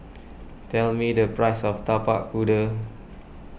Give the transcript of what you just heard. tell me the price of Tapak Kuda